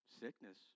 sickness